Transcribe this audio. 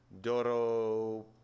Doro